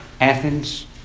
Athens